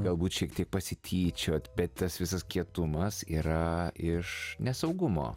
galbūt šiek tiek pasityčiot bet tas visas kietumas yra iš nesaugumo